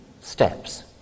steps